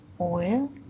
oil